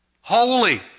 Holy